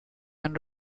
and